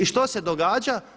I što se događa?